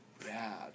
bad